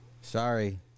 Sorry